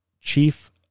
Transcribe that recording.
Chief